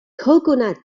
coconuts